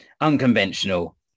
unconventional